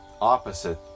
opposite